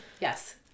Yes